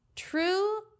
True